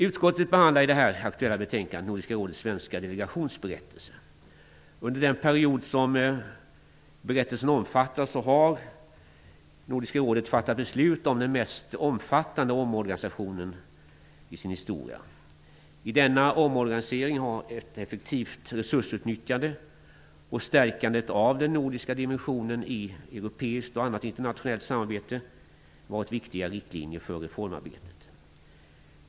Utskottet behandlar i det aktuella betänkandet Nordiska rådets svenska delegations berättelse. Under den period berättelsen omfattar har Nordiska rådet fattat beslut om den mest omfattande omorganisationen i dess historia. I denna omorganisering har ett effektivt resursutnyttjande och stärkandet av den nordiska dimensionen i europeiskt och annat internationellt samarbete varit viktiga riktlinjer för reformarbetet.